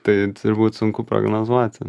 tai turbūt sunku prognozuoti